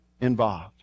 involved